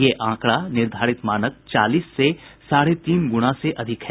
ये आंकड़ा निर्धारित मानक चालीस से साढ़े तीन गुणा से अधिक है